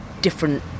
different